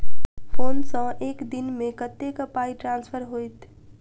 Phone सँ एक दिनमे कतेक पाई ट्रान्सफर होइत?